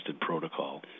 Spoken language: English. protocol